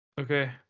Okay